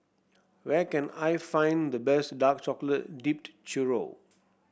where can I find the best Dark Chocolate Dipped Churro